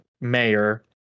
mayor